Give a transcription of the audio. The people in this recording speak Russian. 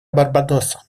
барбадоса